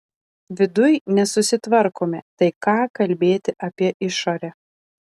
viduj nesusitvarkome tai ką kalbėti apie išorę